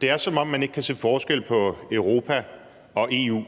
Det er, som om man ikke kan se forskel på Europa og EU.